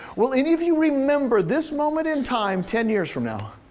will any of you remember this moment in time ten years from now?